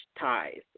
ties